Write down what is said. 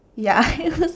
ya it was